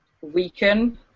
weaken